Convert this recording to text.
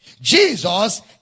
Jesus